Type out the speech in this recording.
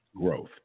growth